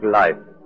life